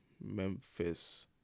Memphis